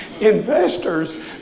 Investors